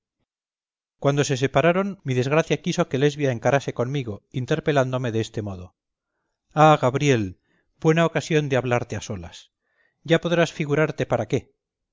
cuando se separaron mi desgracia quiso que lesbia encarase conmigo interpelándome de este modo ah gabriel buena ocasión de hablarte a solas ya podrás figurarte para qué